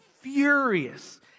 furious